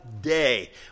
day